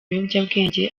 biyobyabwenge